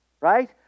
right